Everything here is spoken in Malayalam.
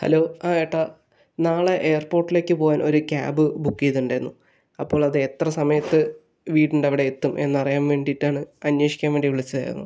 ഹലോ ആ ഏട്ടാ നാളെ എയർപോർട്ടിലേക്ക് പോകാൻ ഒരു ക്യാബ് ബുക്ക് ചെയ്തിട്ടുണ്ടായിരുന്നു അപ്പോൾ അത് എത്ര സമയത്ത് വീടിൻ്റെ അവിടെ എത്തും എന്നറിയാൻ വേണ്ടിയിട്ടാണ് അന്വേഷിക്കാൻ വേണ്ടി വിളിച്ചതായിരുന്നു